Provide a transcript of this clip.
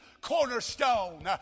cornerstone